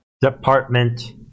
Department